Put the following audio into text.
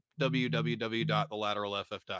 www.thelateralff.com